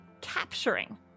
capturing